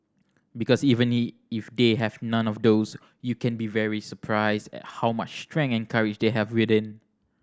because even if they have none of those you can be very surprised how much strength and courage they have within